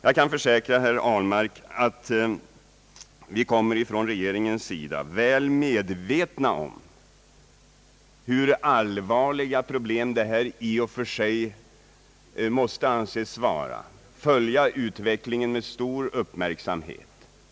Jag kan försäkra herr Ahlmark att vi från regeringens sida — väl medvetna om hur allvarliga problem detta i och för sig måste anses vara — kommer att följa utvecklingen med stor uppmärksamhet.